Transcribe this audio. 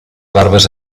barbes